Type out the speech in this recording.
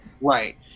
Right